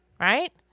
Right